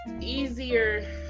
easier